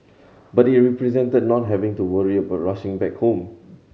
but it represented not having to worry about rushing back home